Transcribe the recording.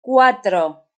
cuatro